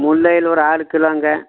முல்லையில் ஒரு ஆறு கிலோங்க